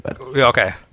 Okay